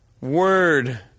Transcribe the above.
word